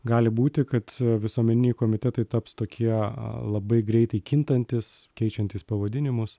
gali būti kad visuomeniniai komitetai taps tokie labai greitai kintantys keičiantys pavadinimus